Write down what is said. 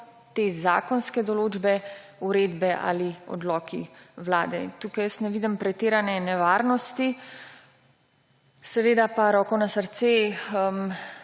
te zakonske določbe uredbe ali odloki vlade. Tukaj jaz ne vidim pretirane nevarnosti. Seveda pa roko na srce,